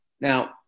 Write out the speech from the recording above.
Now